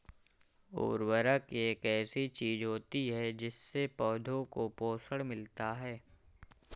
उर्वरक एक ऐसी चीज होती है जिससे पौधों को पोषण मिलता है